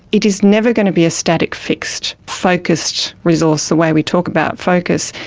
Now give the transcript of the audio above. it is never going to be a static, fixed, focused resource the way we talk about focus,